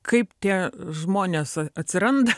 kaip tie žmonės a atsiranda